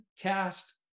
cast